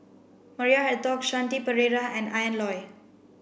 Maria Hertogh Shanti Pereira and Ian Loy